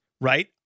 right